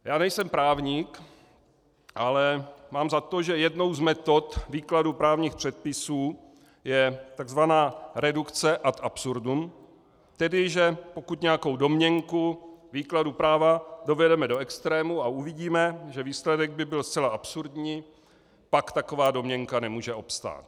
Já nejsem právník, ale mám za to, že jednou z metod výkladu právních předpisů je tzv. redukce ad absurdum, tedy že pokud nějakou domněnku výkladu práva dovedeme do extrému a uvidíme, že výsledek by byl zcela absurdní, pak taková domněnka nemůže obstát.